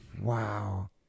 Wow